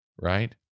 right